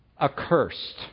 accursed